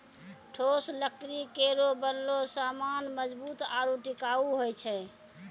ठोस लकड़ी केरो बनलो सामान मजबूत आरु टिकाऊ होय छै